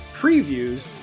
previews